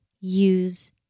use